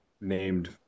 named